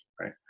right